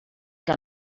que